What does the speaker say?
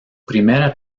primera